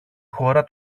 χώρα